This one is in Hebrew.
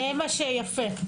לכן זה יפה.